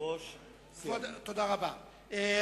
תודה רבה.